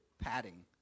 padding